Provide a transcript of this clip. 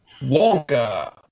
Wonka